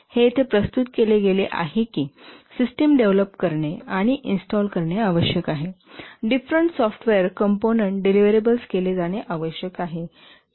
हे येथे प्रस्तुत केले गेले आहे की सिस्टम डेव्हलप करणे आणि इन्स्टॉल करणे आवश्यक आहे डिफरेंट सॉफ्टवेअर कंपोनंन्ट डिलिव्हरेबल्स केले जाणे आवश्यक आहे